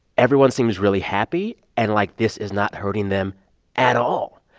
everyone seems really happy and like this is not hurting them at all.